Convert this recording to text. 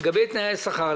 לגבי תנאי שכר,